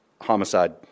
homicide